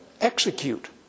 execute